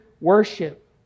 worship